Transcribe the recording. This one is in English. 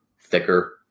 thicker